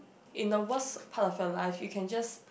in the worst part of your life you can just